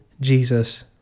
jesus